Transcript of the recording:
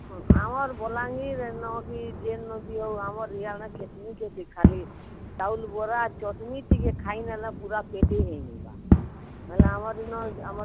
ହଁ ଆମର୍ ବଲାଙ୍ଗୀର ନ କି ଯେନ ବି ହଉ ଆମର୍ ଇଆଡ଼େ କେତ୍ ନି କେତେ ଖାଲି ଚାଉଲ୍ ବରା ଚଟନୀ ଟିକେ ଖାଇ ନେଲେ ପୂରା ପେଟେ ହେଇଯିବା ହେଲେ ଆମର୍ ଆମର୍